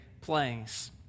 place